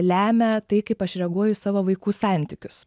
lemia tai kaip aš reaguoju į savo vaikų santykius